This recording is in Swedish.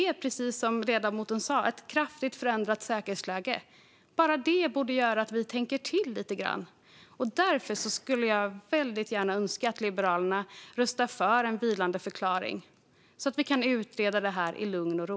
Och precis som ledamoten sa är det ett kraftigt förändrat säkerhetsläge. Bara detta borde göra att vi tänker till lite grann. Därför skulle jag önska att Liberalerna skulle rösta för en vilandeförklaring, så att vi kan utreda detta i lugn och ro.